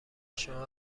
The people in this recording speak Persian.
شما